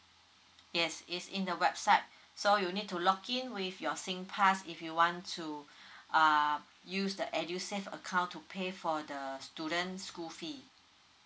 yes is in the website so you need to log in with your singpass if you want to uh use the edusave account to pay for the student school fee